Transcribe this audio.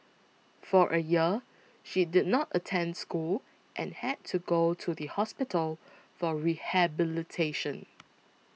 for a year she did not attend school and had to go to the hospital for rehabilitation